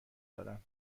دارم